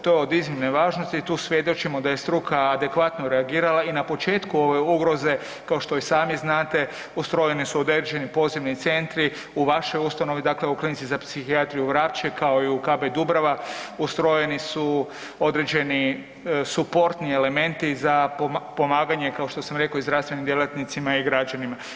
To je od iznimne važnosti i tu svjedočimo da je struka adekvatno reagirala i na početku ove ugroze kao što i sami znate ustrojeni su određeni pozivni centri u vašoj ustanovi, dakle u Klinici za psihijatriju Vrapče, kao i u KB Dubrava, ustrojeni su određeni suportni elementi za pomaganje, kao što sam rekao, i zdravstvenim djelatnicima i građanima.